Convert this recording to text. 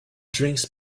drinks